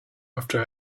after